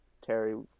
Terry